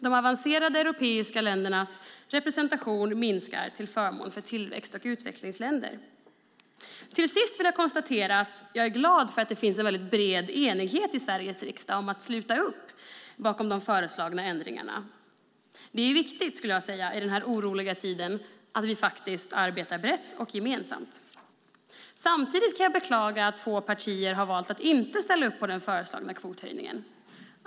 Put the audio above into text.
De avancerade europeiska ländernas representation minskar till förmån för tillväxt och utvecklingsländer. Till sist vill jag konstatera att jag är glad för att det finns en bred enighet i Sveriges riksdag om att sluta upp bakom de föreslagna ändringarna. Det är viktigt i den här oroliga tiden att vi arbetar brett och gemensamt. Samtidigt kan jag beklaga att två partier har valt att inte ställa upp på den föreslagna kvothöjningen.